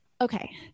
Okay